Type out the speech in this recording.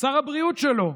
שר הבריאות שלו,